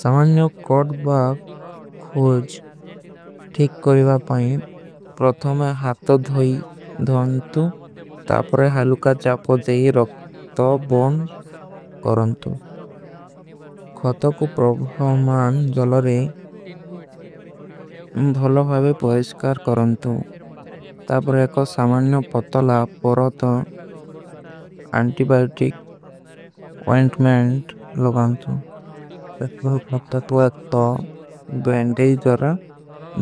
ସାମାନ୍ଯୋ କୋଡ ବାଗ ଖୋଜ ଠୀକ କରିଵା ପାଇବ ପ୍ରଥମେ ହାଥୋ। ଧୋଈ ଧୋନତୁ ତାପରେ ହାଲୁକା ଜାପୋ ଜେଏ ରଖ୍ତୋ ବନ କରନତୁ। ଖତକୋ ପ୍ରଭାଵ ମାନ ଜଲରେ ଭଲା ହୋଈବେ ପହେଶକାର କରନତୁ। ତାପରେ ଏକ ସାମାନ୍ଯୋ ପତଲା ପରତା ଅଂଟିବାଯୋଟିକ ଵୈଂଟ ମୈଂଟ। ଲଗାନତୁ ପ୍ରଧମେ ହାଲୁକା ତୋ ଏକତା ବେଂଡେଜ ଜରା